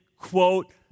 quote